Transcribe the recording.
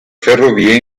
ferrovie